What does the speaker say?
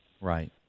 Right